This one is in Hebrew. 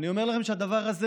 אני אומר לכם שהדבר הזה